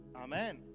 Amen